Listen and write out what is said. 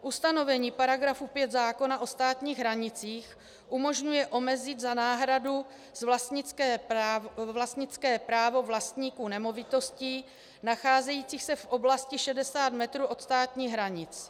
Ustanovení § 5 zákona o státních hranicích umožňuje omezit za náhradu vlastnické právo vlastníků nemovitostí nacházejících se v oblasti 60 metrů od státních hranic.